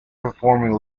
performing